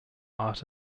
art